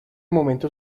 momento